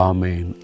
Amen